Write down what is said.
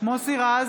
מוסי רז,